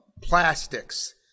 plastics